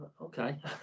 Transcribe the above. Okay